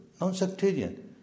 non-sectarian